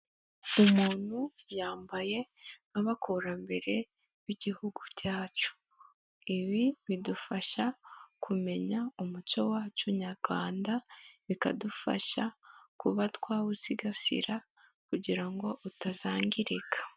Umuntu yambaye nk'abakurambere b'igihugu cyacu, ibi bidufasha kumenya umuco wacu nyarwanda bikadufasha kuba twawusigasira kugira ngo utazangirika.